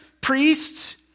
priests